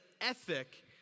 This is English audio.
ethic